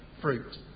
fruit